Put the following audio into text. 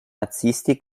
nazisti